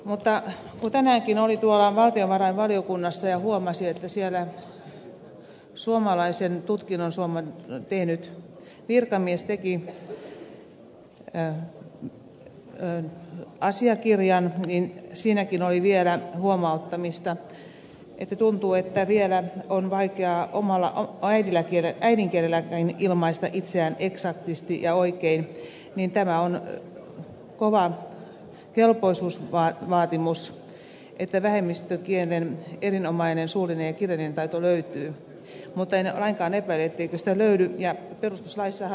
kun tänäänkin olin tuolla valtiovarainvaliokunnassa ja huomasin että siellä suomalaisen tutkinnon tehnyt virkamies teki asiakirjan niin siinäkin oli vielä huomauttamista niin että tuntuu että kun vielä on vaikeaa omalla äidinkielelläänkin ilmaista itseään eksaktisti ja oikein niin tämä on kova kelpoisuusvaatimus että vähemmistökielen erinomainen suullinen ja kirjallinen taito löytyy mutta en lainkaan epäile etteikö sitä löydy